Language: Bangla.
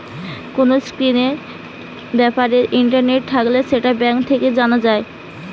কোন স্কিমের ব্যাপারে ইন্টারেস্ট থাকলে সেটা ব্যাঙ্ক থেকে জানা যায়